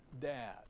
dad